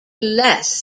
less